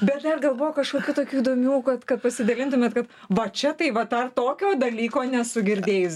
bet dar gal buvo kažkokių tokių įdomių kad kad pasidalintumėt kad va čia tai vat dar tokio dalyko nesu girdėjus